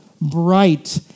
bright